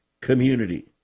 community